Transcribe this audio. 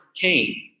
Cain